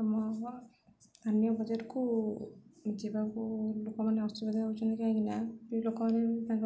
ଆମ ସ୍ଥାନୀୟ ବଜାରକୁ ଯିବାକୁ ଲୋକମାନେ ଅସୁବିଧା ହେଉଛନ୍ତି କାହିଁକିନା ବି ଲୋକମାନେ ତାଙ୍କ